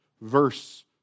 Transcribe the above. verse